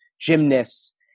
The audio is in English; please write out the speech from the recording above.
gymnasts